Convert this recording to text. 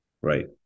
Right